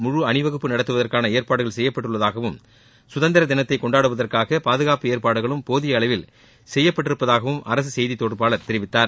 முழு அணிவகுப்பு நடத்துவதற்கான ஏற்பாடுகள் செய்யப்பட்டுள்ளதாகவும் சுதந்திர தினத்தை கொண்டாடுவதற்காக பாதுகாப்பு ஏற்பாடுகளும் போதிய அளவில் செய்யப்பட்டிருப்பதாகம் அரசு செய்தித் தொடர்பாளர் தெரிவித்தார்